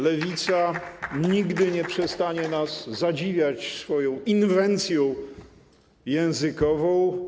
Lewica nigdy nie przestanie nas zadziwiać swoją inwencją językową.